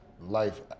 life